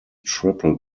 triple